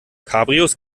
cabrios